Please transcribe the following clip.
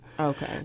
Okay